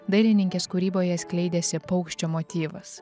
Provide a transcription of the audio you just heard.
dailininkės kūryboje skleidėsi paukščio motyvas